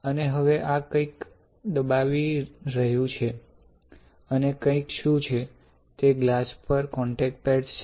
અને હવે આ કંઈક દબાવી રહ્યું છે અને કંઈક શું છે તે ગ્લાસ પર કોંટેક્ટ પેડ્સ છે